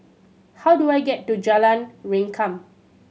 how do I get to Jalan Rengkam